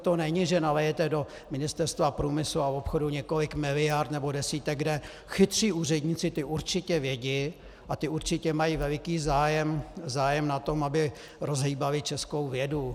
To není, že nalijete do Ministerstva průmyslu a obchodu několik miliard, nebo desítek, kde chytří úředníci, ti určitě vědí a určitě mají veliký zájem na tom, aby rozhýbali českou vědu.